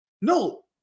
No